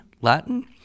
Latin